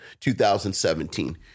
2017